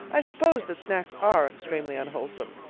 i suppose that snacks are extremely unwholesome.